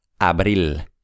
abril